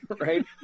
Right